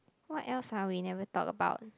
what else !huh! we never talk about